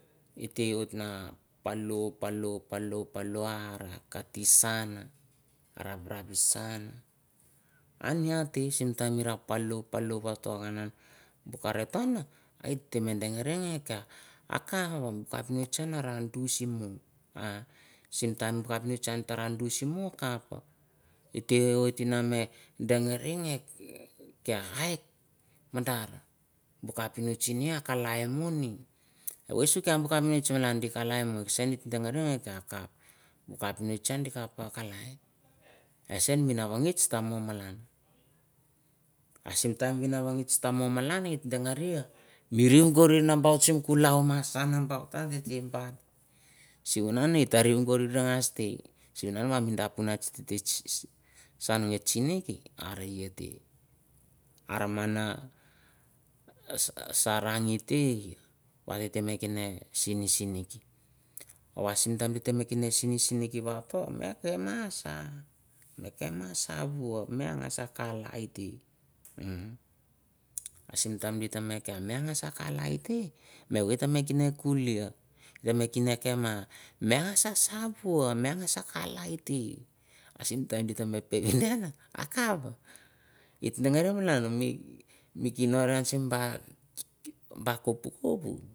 Ot te wit palo. palo. palo palo ka a kit te sun, rorow sun a nge timei. palo palo vaton bu karot et te no dengere, ma kei kup bu kepnitch yang at te duice no. Sim time bu kepnitch ate duice mo ni etsen a kap et te vit na dengere ke. Madar bu kepnitch nge a kalai mo ni eveo sigi va malan gi kelei mo ni etsen a kap bu kepnitch no kalai etsen mi vavanitch ta mon malan, sim time mi vavanitch ta mon malan. Et dengere mi rangore ngas te a ra mana saran te menken e sinikinit va sim time ke sinisinit vator ke masa ke masa kawo ke masa kelei te sim time ge tem no kai ni masa kalai wit en no te kulei te no ka mr asa a kalai te sim time git te pevin a kap it dengere mi kinor sim ba kupkup.